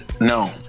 No